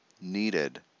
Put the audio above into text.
needed